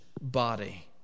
body